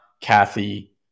Kathy